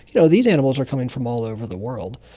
you know these animals are coming from all over the world.